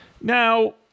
Now